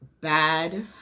bad